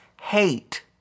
hate